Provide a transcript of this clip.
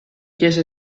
chiese